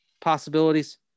possibilities